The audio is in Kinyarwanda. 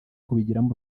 kubigiramo